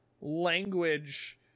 language